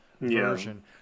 version